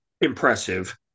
impressive